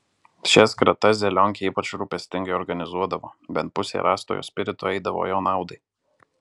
šias kratas zelionkė ypač rūpestingai organizuodavo bent pusė rastojo spirito eidavo jo naudai